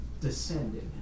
descended